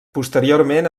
posteriorment